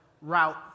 route